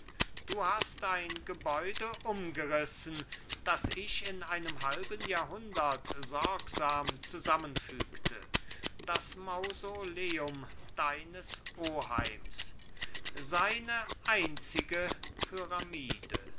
du hast ein gebäude umgerissen das ich in einem halben jahrhundert sorgsam zusammenfügte das mausoleum deines oheims seine einzige pyramide